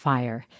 Fire